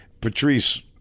Patrice